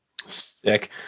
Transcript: Sick